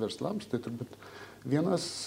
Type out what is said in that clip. verslams tai turbūt vienas